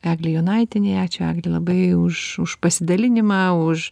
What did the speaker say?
eglei jonaitienei ačiū egle labai už už pasidalinimą už